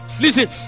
Listen